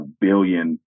billion